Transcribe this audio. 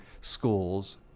schools